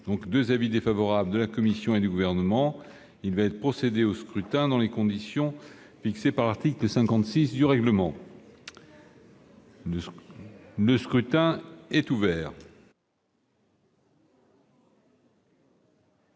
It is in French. commission est défavorable, de même que celui du Gouvernement. Il va être procédé au scrutin dans les conditions fixées par l'article 56 du règlement. Le scrutin est ouvert.